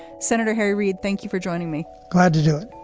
senator harry reid, thank you for joining me. glad to do it